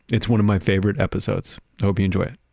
it's one of my favorite episodes. hope you enjoy it